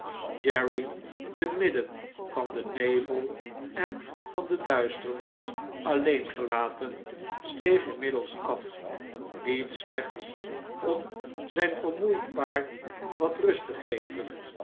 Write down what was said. jerry te midden van den nevel en van de duisternis alleen gelaten steeg inmiddels af niet slechts om zjjn vermoeid paard wat rust te geven